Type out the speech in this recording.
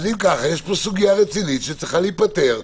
אם ככה, יש פה סוגיה רצינית שצריכה להיפתר.